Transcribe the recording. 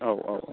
औ औ औ